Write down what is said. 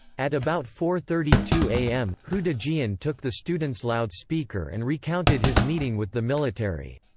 at about four thirty two am, hou dejian took the student's loudspeaker and recounted his meeting with the military.